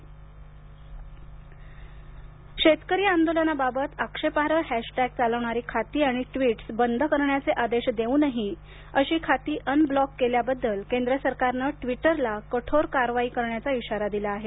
Twitter शेतकरी आंदोलनाबाबत आक्षेपार्ह हॅशटॅग चालवणारी खाती आणि ट्वीटस बंद करण्याचे आदेश देऊनही अशी खाती अनब्लॉक केल्याबद्दल केंद्र सरकारनं ट्विटरला कठोर कारवाई करण्याचा इशारा दिला आहे